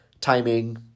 timing